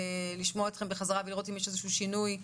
לשמוע אתכם ולראות אם יש איזשהו שינוי,